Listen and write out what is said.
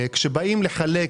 כשבאים לחלק,